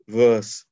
verse